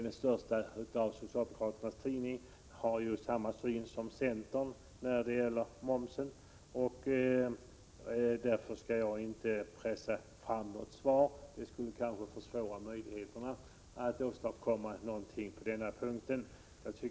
Den största av socialdemokraternas tidningar har ju samma uppfattning som centern när det gäller momsen. Därför skall jag inte pressa fram något svar. Det skulle kanske försvåra möjligheterna att åstadkomma någonting på den punkten.